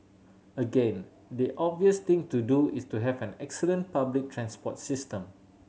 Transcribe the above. again the obvious thing to do is to have an excellent public transport system